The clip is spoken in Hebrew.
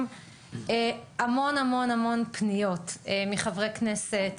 קיבלנו המון-המון פניות מחברי כנסת,